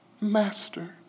master